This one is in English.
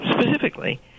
specifically